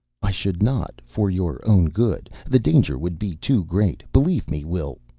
i should not, for your own good. the danger would be too great. believe me, will.